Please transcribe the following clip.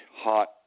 hot